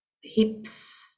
hips